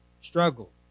struggle